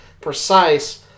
precise